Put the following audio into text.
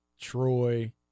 Troy